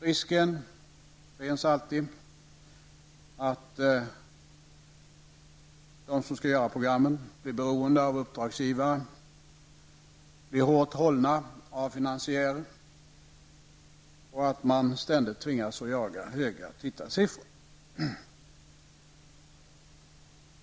Risken finns ständigt att de som skall göra programmen blir beroende av uppdragsgivare, blir hårt hållna av finansiärer och att de konstant tvingas jaga höga tittarsiffror.